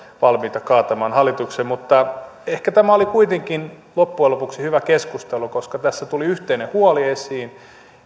valmiita kaatamaan hallituksen mutta ehkä tämä oli kuitenkin loppujen lopuksi hyvä keskustelu koska tässä tuli yhteinen huoli esiin